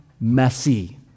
messy